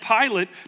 Pilate